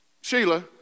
Sheila